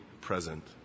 present